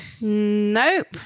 Nope